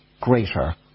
greater